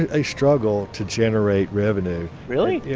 they struggle to generate revenue. really?